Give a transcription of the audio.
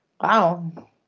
wow